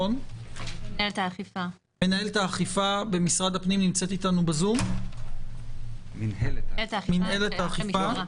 סליחה,